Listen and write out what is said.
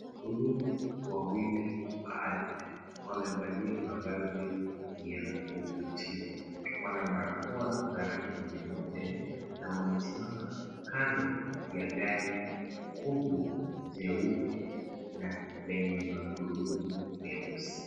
Wahudumu wawili wa afya, wamevalia mavazi ya kuvutia, wana barakoa, za rangi nyeupe na wamesimama kando ya gari kubwa jeupe na lenye magurudumu meusi.